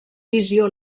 visió